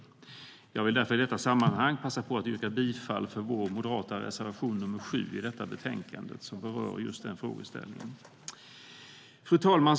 Jag vill därför passa på att yrka bifall till vår moderata reservation nr 7 i detta betänkande som berör just den frågeställningen. Fru talman!